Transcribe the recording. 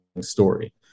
story